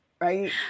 right